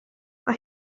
mae